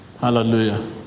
Hallelujah